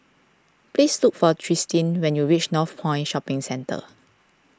please look for Tristin when you reach Northpoint Shopping Centre